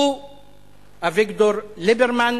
הוא אביגדור ליברמן,